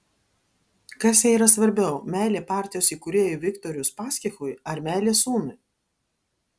kas jai yra svarbiau meilė partijos įkūrėjui viktorui uspaskichui ar meilė sūnui